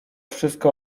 wszystko